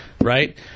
right